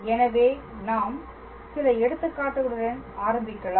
எனவே நாம் சில எடுத்துக்காட்டுகளுடன் ஆரம்பிக்கலாம்